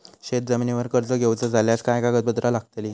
शेत जमिनीवर कर्ज घेऊचा झाल्यास काय कागदपत्र लागतली?